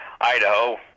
Idaho